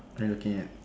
are you looking at